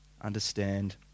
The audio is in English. understand